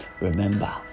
remember